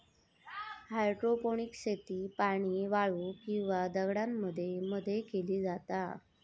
hydroponics शेती पाणी, वाळू किंवा दगडांमध्ये मध्ये केली जाता